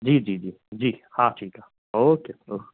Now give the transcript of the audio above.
जी जी जी जी हा ठीकु आहे ओके